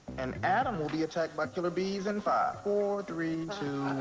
and adam will be attacked by killer bees in five, four, three, two.